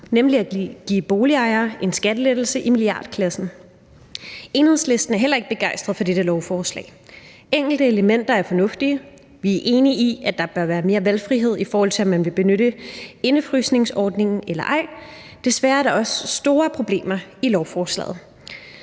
nemlig at give boligejere en skattelettelse i milliardklassen. Enhedslisten er heller ikke begejstret for dette lovforslag. Enkelte elementer er fornuftige. Vi er enige i, at der bør være mere valgfrihed, i forhold til om man vil benytte indefrysningsordningen eller ej. Desværre er der også store problemer i lovforslaget.